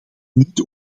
niet